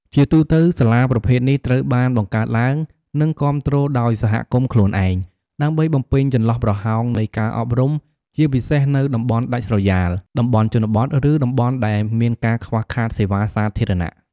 ជាទូទៅ សាលាប្រភេទនេះត្រូវបានបង្កើតឡើង និងគាំទ្រដោយសហគមន៍ខ្លួនឯង ដើម្បីបំពេញចន្លោះប្រហោងនៃការអប់រំ ជាពិសេសនៅតំបន់ដាច់ស្រយាល តំបន់ជនបទ ឬតំបន់ដែលមានការខ្វះខាតសេវាសាធារណៈ។